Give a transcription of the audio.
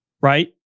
right